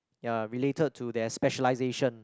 ya related to their specialisation